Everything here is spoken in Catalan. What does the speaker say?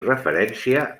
referència